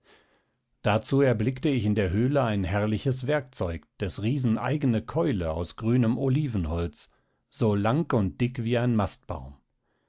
dazu erblickte ich in der höhle ein herrliches werkzeug des riesen eigene keule aus grünem olivenholz so lang und dick wie ein mastbaum